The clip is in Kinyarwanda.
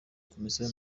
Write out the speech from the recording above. komisiyo